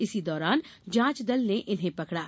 उसी दौरान जांच दल ने इन्हें पकड़ा